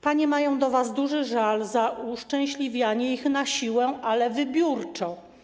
Panie mają do was duży żal za uszczęśliwianie ich na siłę, ale wybiórczo.